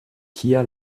kia